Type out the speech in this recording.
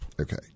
Okay